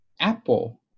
Apple